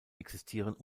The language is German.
existieren